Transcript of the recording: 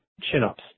chin-ups